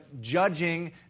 judging